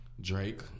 Drake